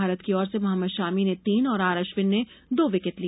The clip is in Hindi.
भारत की ओर से मोहम्मद शामी ने तीन और आर अश्विन ने दो विकेट लिए